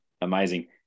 Amazing